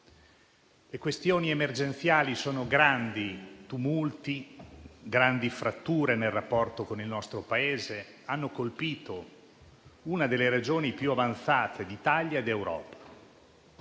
Le questioni emergenziali sono grandi tumulti, grandi fratture nel rapporto con il nostro Paese. Hanno colpito una delle Regioni più avanzate d'Italia e d'Europa.